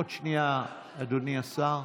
עוד שנייה, אדוני השר.